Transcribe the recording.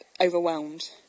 overwhelmed